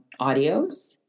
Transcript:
audios